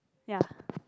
ya